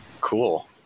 cool